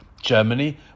Germany